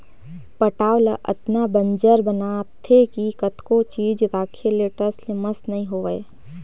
पटांव ल अतना बंजर बनाथे कि कतनो चीज राखे ले टस ले मस नइ होवय